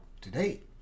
today